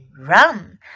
run